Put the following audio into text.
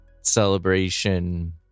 celebration